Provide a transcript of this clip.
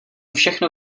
všechno